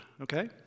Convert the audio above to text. Okay